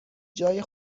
جای